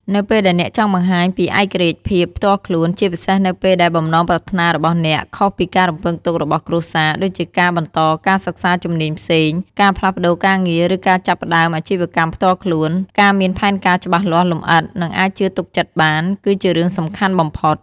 នៅពេលដែលអ្នកចង់បង្ហាញពីឯករាជ្យភាពផ្ទាល់ខ្លួន ជាពិសេសនៅពេលដែលបំណងប្រាថ្នារបស់អ្នកខុសពីការរំពឹងទុករបស់គ្រួសារ ដូចជាការបន្តការសិក្សាជំនាញផ្សេង ការផ្លាស់ប្ដូរការងារ ឬការចាប់ផ្ដើមអាជីវកម្មផ្ទាល់ខ្លួន ការមានផែនការច្បាស់លាស់ លម្អិត និងអាចជឿទុកចិត្តបាន គឺជារឿងសំខាន់បំផុត។